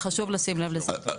וחשוב לשים לב לזה.